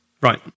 right